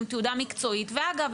גם תעודה מקצועית ואגב,